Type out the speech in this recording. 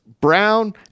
Brown